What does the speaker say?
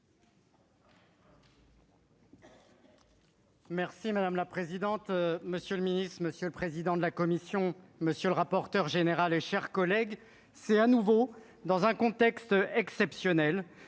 Merci madame la présidente, monsieur le ministre, monsieur le président de la commission, monsieur le rapporteur général, chers collègues, c'est à nouveau dans un contexte exceptionnel